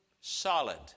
solid